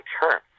term